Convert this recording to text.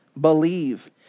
believe